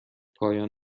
پایان